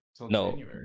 no